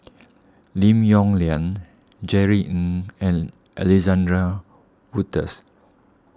Lim Yong Liang Jerry Ng and Alexander Wolters